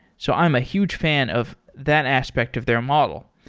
so i'm a huge fan of that aspect of their model.